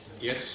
Yes